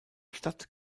stadt